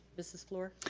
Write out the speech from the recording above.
mrs. moore?